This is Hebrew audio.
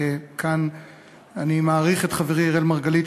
וכאן אני מעריך את חברי אראל מרגלית,